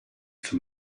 zum